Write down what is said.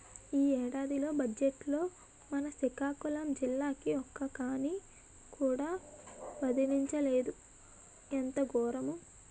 ఈ ఏడాది బజ్జెట్లో మన సికాకులం జిల్లాకి ఒక్క కానీ కూడా విదిలించలేదు ఎంత గోరము